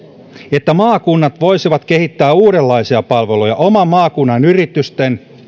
että maakunnat voisivat kehittää uudenlaisia palveluja oman maakunnan yritysten